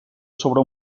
sobre